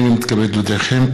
הינני מתכבד להודיעכם,